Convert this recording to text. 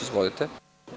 Izvolite.